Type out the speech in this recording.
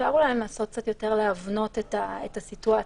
אפשר לנסות להבנות את הסיטואציה.